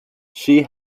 she